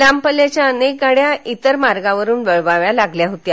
लांब पल्ल्याच्या अनेक गाड्या अन्य मार्गावरून वळवाच्या लागल्या होत्या